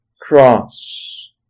cross